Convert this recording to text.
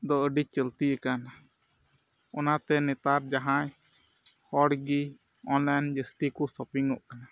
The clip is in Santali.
ᱫᱚ ᱟᱹᱰᱤ ᱪᱚᱞᱛᱤ ᱠᱟᱱᱟ ᱚᱱᱟᱛᱮ ᱱᱮᱛᱟᱨ ᱡᱟᱦᱟᱸᱭ ᱦᱚᱲ ᱜᱮ ᱚᱱᱞᱟᱭᱤᱱ ᱡᱟᱹᱥᱛᱚ ᱠᱚ ᱥᱚᱯᱤᱝᱚᱜ ᱠᱟᱱᱟ